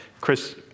Chris